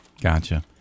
Gotcha